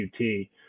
QT